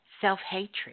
self-hatred